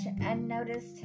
unnoticed